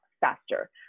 faster